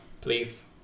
please